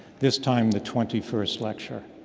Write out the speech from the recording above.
this time the twenty first lecture.